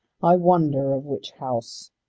i wonder of which house.